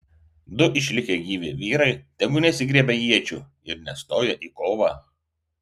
du išlikę gyvi vyrai tegu nesigriebia iečių ir nestoja į kovą